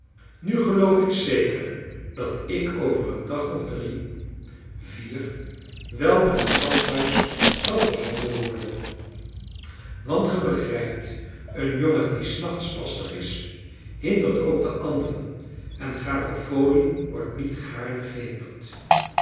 nu geloof ik zeker dat ik over een dag of drie vier wel naar het gasthuis zal gezonden worden want ge begrijpt een jongen die s nachts lastig is hindert ook de anderen en garofoli wordt niet gaarne gehinderd